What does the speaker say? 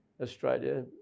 Australia